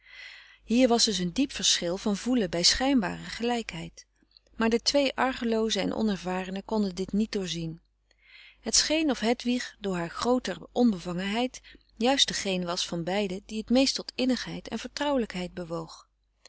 hier was dus een diep verschil van voelen bij schijnbare gelijkheid maar de twee argeloozen en onervarenen konden dit niet doorzien het scheen of hedwig door frederik van eeden van de koele meren des doods haar grooter onbevangenheid juist degeen was van beiden die het meest tot innigheid en vertrouwelijkheid bewoog